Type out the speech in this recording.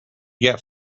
get